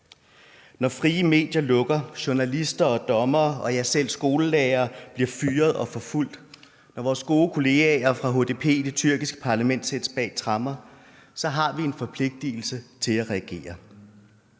Når frie medier lukker, når journalister og dommere og selv skolelærere bliver fyret og forfulgt, når vores gode kollegaer fra HDP, det tyrkiske parlament, sættes bag tremmer, så har vi en forpligtelse til at reagere.